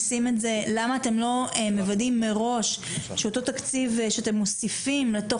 למה אתם לא מוודאים מראש שאותו התקציב שאתם בסופו של דבר מוסיפים לתוך